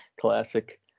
classic